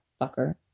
fucker